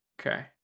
Okay